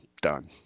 done